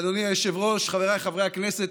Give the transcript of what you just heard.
אדוני היושב-ראש, חבריי חברי הכנסת,